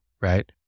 right